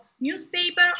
newspaper